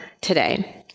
today